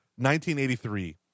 1983